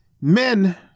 Men